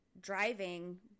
driving